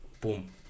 Boom